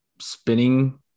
spinning